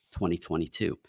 2022